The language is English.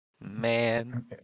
Man